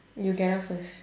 you get out first